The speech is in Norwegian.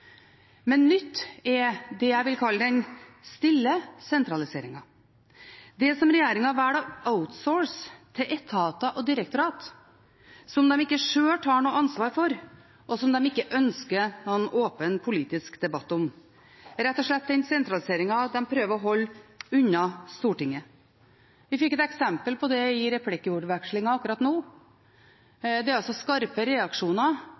Men nytt er det jeg vil kalle den stille sentraliseringen – det som regjeringen velger å outsource til etater og direktorater, som de ikke sjøl tar noe ansvar for, og som de ikke ønsker noen åpen politisk debatt om – rett og slett den sentraliseringen de prøver å holde unna Stortinget. Vi fikk et eksempel på det i replikkordvekslingen akkurat nå. Det har altså kommet skarpe reaksjoner